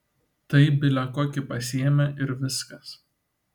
tai bile kokį pasiėmė ir viskas